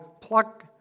pluck